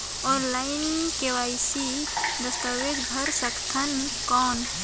Online KYC दस्तावेज भर सकथन कौन?